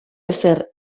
ezer